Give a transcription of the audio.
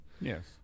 Yes